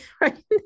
right